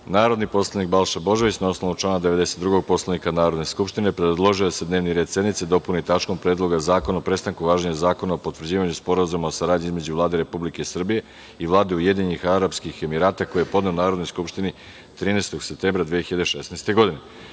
predlog. Narodni poslanik Balša Božović, na osnovu člana 92. Poslovnika Narodne skupštine predložio je da se dnevni red sednice dopuni tačkom – Predlog zakona o prestanku važenja zakona o potvrđivanju sporazuma o saradnji Vlade Republike Srbije i Vlade Ujedinjenih Arapskih Emirata, koji je podneo Narodnoj skupštini 13. septembra 2016. godine. Da